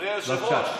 אדוני היושב-ראש,